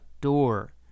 door